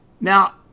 Now